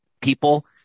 people